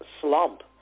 slump